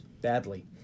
Badly